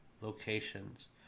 locations